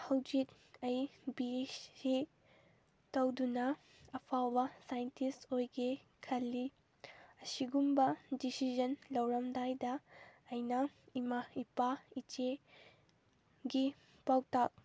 ꯍꯧꯖꯤꯛ ꯑꯩ ꯕꯦꯑꯦꯁꯤ ꯇꯧꯗꯨꯅ ꯑꯐꯥꯎꯕ ꯁꯥꯏꯟꯇꯤꯁ ꯑꯣꯏꯒꯦ ꯈꯜꯂꯤ ꯑꯁꯤꯒꯨꯝꯕ ꯗꯤꯁꯤꯖꯟ ꯂꯧꯔꯝꯗꯥꯏꯗ ꯑꯩꯅ ꯏꯃꯥ ꯏꯄꯥ ꯏꯆꯦ ꯒꯤ ꯄꯥꯎꯇꯥꯛ